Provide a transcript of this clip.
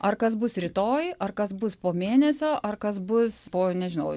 ar kas bus rytoj ar kas bus po mėnesio ar kas bus po nežinau